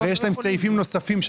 יש להם סעיפים נוספים.